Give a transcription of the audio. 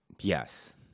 Yes